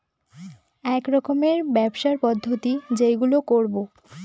এক রকমের ব্যবসার পদ্ধতি যেইগুলো করবো